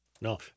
No